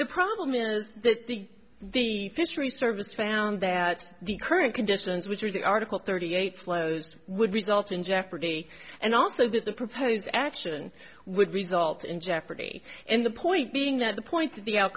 the problem is that the fisheries service found that the current conditions which are the article thirty eight flows would result in jeopardy and also that the proposed action would result in jeopardy and the point being that the point that the al